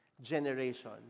generation